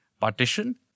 Partition